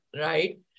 right